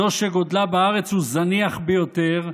זו שגודלה בארץ הוא זניח ביותר,